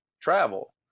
travel